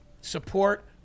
support